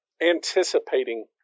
anticipating